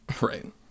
Right